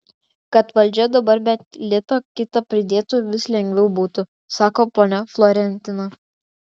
kad valdžia dabar bent litą kitą pridėtų vis lengviau būtų sako ponia florentina